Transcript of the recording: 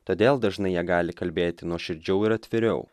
todėl dažnai jie gali kalbėti nuoširdžiau ir atviriau